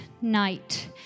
night